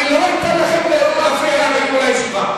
אני לא אתן לכם להפריע לי בניהול הישיבה,